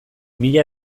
mila